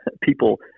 people